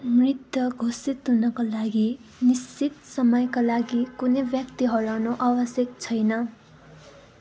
मृत घोषित हुनका लागि निश्चित समयका लागि कुनै व्यक्ति हराउनु आवश्यक छैन